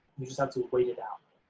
you just have to wait it out.